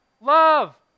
Love